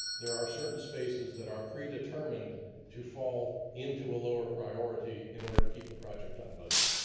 there are certain spaces that are predetermined to fall into a lower priority, in order to keep the project on budget.